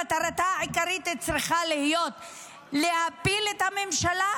מטרתה העיקרית צריכה להיות להפיל את הממשלה,